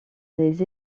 les